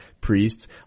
priests